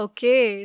Okay